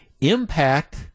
impact